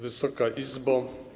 Wysoka Izbo!